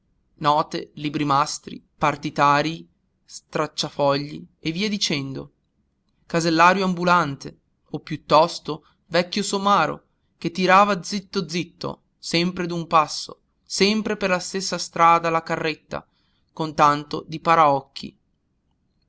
note libri mastri partitarii stracciafogli e via dicendo casellario ambulante o piuttosto vecchio somaro che tirava zitto zitto sempre d'un passo sempre per la stessa strada la carretta con tanto di paraocchi